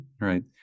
right